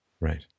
Right